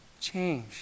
change